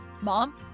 Mom